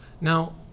Now